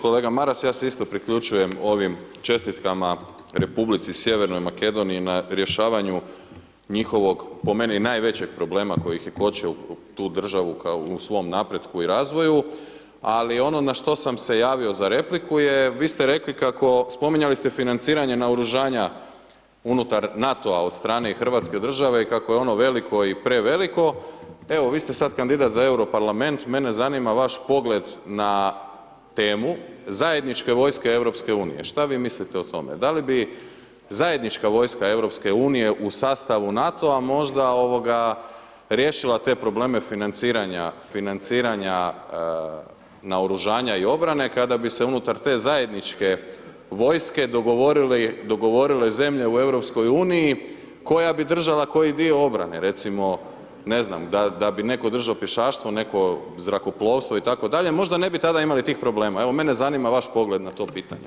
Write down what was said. Kolega Maras, ja se isto priključujem ovim čestitkama Republici Sjevernoj Makedoniji na rješavanju njihovog po meni najvećeg problema koji ih je kočio tu državu kao u svom napretku i razvoju ali ono na što sam se javio za repliku je, vi ste rekli kako, spominjali ste financiranje naoružanja unutar NATO-a od strane i hrvatske države i kako je ono veliko i preveliko, evo vi ste sad kandidat za Euro parlament, mene zanima vaš pogled na temu zajedničke vojske EU-a, šta vi mislite o tome, da li bi zajednička vojska EU-a u sastavu NATO-a možda riješile te probleme financiranja naoružanja i obrane kada bi se unutar te zajedničke vojske dogovorile zemlje u EU-u koja bi držala koji dio obrane, recimo, ne znam, da bi netko držao pješaštvo, netko zrakoplovstvo itd., možda tada ne bi imali tih problema, evo mene zanima vaš pogled na to pitanje.